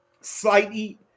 slightly